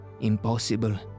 impossible